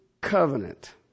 covenant